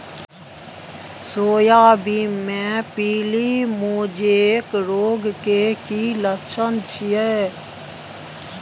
Soybean मे पीली mosaic रोग के की लक्षण छीये?